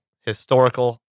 historical